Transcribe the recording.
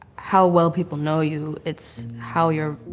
how well people know you. it's how you're